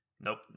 Nope